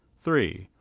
three.